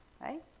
right